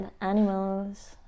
animals